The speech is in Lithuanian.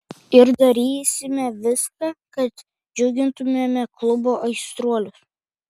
ir darysime viską kad džiugintumėme klubo aistruolius